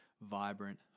vibrant